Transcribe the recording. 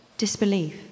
Disbelief